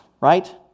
right